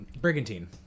Brigantine